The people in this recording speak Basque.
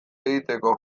egiteko